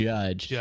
Judge